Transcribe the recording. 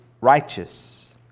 righteous